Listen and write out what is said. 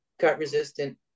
cut-resistant